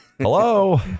Hello